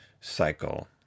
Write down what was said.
cycle